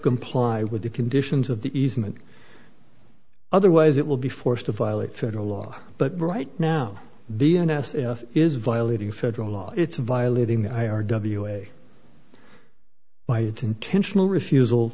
comply with the conditions of the easement otherwise it will be forced to violate federal law but right now b n asif is violating federal law it's violating the i r w a by its intentional refusal